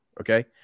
Okay